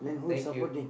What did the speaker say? thank you